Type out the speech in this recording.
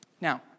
Now